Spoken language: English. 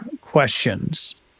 questions